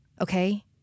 Okay